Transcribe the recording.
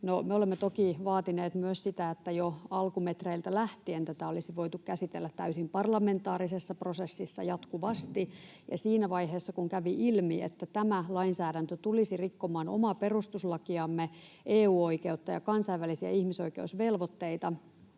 olemme toki vaatineet myös sitä, että jo alkumetreiltä lähtien tätä olisi voitu käsitellä täysin parlamentaarisessa prosessissa jatkuvasti. Siinä vaiheessa, kun kävi ilmi, että tämä lainsäädäntö tulisi rikkomaan omaa perustuslakiamme, EU-oikeutta ja kansainvälisiä ihmisoikeusvelvoitteita,